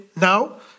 now